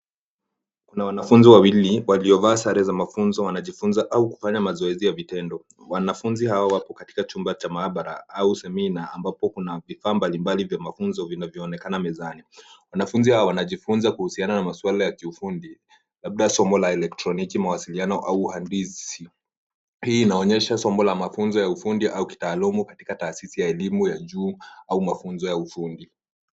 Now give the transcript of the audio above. Kuna wanafunzi wawili, wakiwa wamevaa sare za mafunzo, wakijifunza au wakifanya mazoezi ya vitendo. Wanafunzi hawa wapo katika chumba cha maabara au semina ambapo kuna vifaa mbalimbali vya mafunzo vilivyopangwa kwenye meza. Wanafunzi hawa wanajifunza kuhusiana na masuala ya ufundi, labda somo la elektroniki, mawasiliano au uhandisi. Hii inaonyesha somo la mafunzo ya ufundi au kitaaluma katika taasisi ya elimu ya juu au chuo cha ufundi.